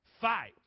Fight